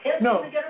no